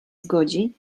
zgodzi